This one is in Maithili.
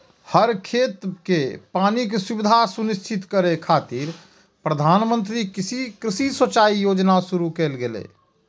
हर खेत कें पानिक सुविधा सुनिश्चित करै खातिर प्रधानमंत्री कृषि सिंचाइ योजना शुरू कैल गेलै